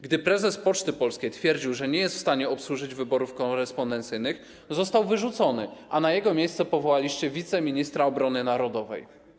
Gdy prezes Poczty Polskiej twierdził, że nie jest w stanie obsłużyć wyborów korespondencyjnych, został wyrzucony, a na jego miejsce powołaliście wiceministra obrony narodowej.